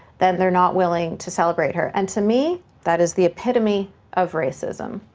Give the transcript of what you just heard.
then they're not willing to celebrate her, and, to me, that is the epitome of racism.